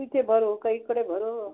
तिथे भरु का इकडे भरु